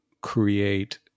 create